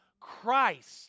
Christ